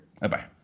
Bye-bye